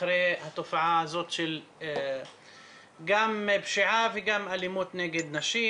אחרי התופעה הזאת של גם פשיעה וגם אלימות נגד נשים,